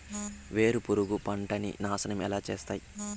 వేరుపురుగు పంటలని నాశనం ఎలా చేస్తాయి?